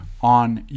on